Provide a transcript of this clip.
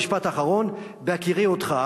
משפט אחרון, בהכירי אותך,